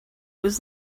was